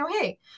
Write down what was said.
hey